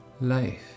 life